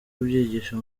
kubyigisha